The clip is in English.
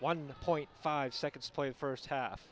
one point five seconds play first half